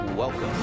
Welcome